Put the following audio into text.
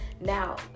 Now